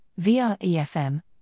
VREFM